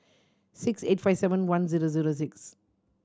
six eight five seven one zero zero six